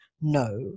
no